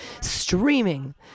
streaming